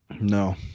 No